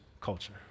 culture